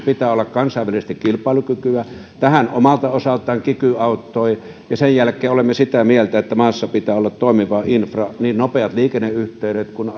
pitää olla kansainvälisesti kilpailukykyisiä tähän omalta osaltaan kiky auttoi sen jälkeen olemme sitä mieltä että maassa pitää olla toimiva infra niin nopeat liikenneyhteydet kuin